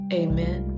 amen